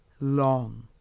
long